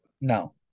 No